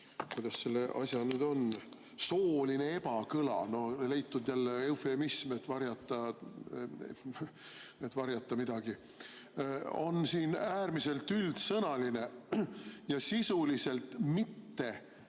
kuidas selle asja nimi nüüd on? – soolise ebakõla pärast – no on leitud jälle eufemism, et varjata midagi! –, on siin äärmiselt üldsõnalised ja sisuliselt mitte